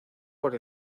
por